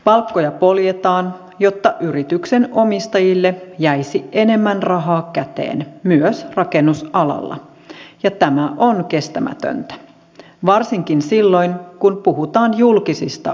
palkkoja poljetaan jotta yrityksen omistajille jäisi enemmän rahaa käteen myös rakennusalalla ja tämä on kestämätöntä varsinkin silloin kun puhutaan julkisista urakoista